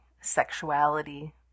sexuality